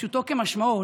פשוטו כמשמעו,